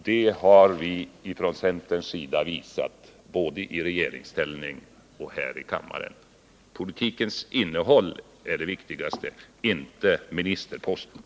Det har vi från centern visat både i regeringsställning och här i kammaren. Politikens innehåll är det viktigaste, inte ministerposterna.